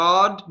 God